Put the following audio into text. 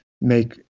make